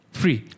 free